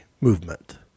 movement